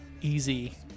easy